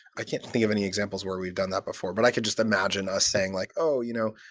i can't think of any examples where we've done that before, but i could just imagine us saying, like oh, you know.